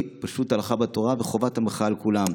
פשוט הלכה בתורה וחובת המחאה על כולם.